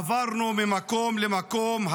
-- עברנו ממקום למקום,